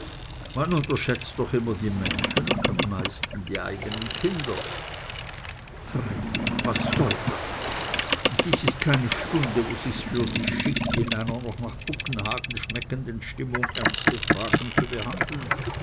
man unterschätzt doch immer die menschen und am meisten seine eigenen kinder treibel was soll das dies ist keine stunde wo sich's für dich schickt in einer noch nach buggenhagen schmeckenden stimmung ernste fragen zu behandeln